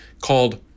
called